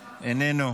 איננו,